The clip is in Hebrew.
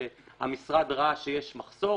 כשהמשרד ראה שיש מחסור,